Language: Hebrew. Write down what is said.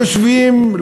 יושבים,